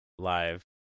Live